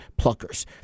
Pluckers